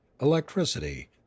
electricity